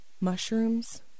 mushrooms